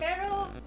Pero